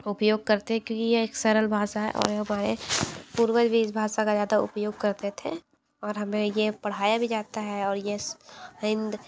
उपयोग करते क्योंकि ये एक सरल भाषा है और हमारे पूर्वज भी इस भाषा का ज़्यादा उपयोग करते थें और हमें ये पढ़ाया भी जाता है और ये हिन्द